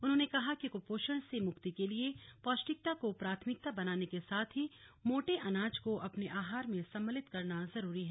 उन्होंने कहा कि कुपोषण से मुक्ति के लिए पोष्टिकता को प्राथमिकता बनाने के साथ ही मोटे अनाज को अपने आहार में सम्मिलित करना जरूरी है